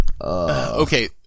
Okay